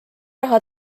raha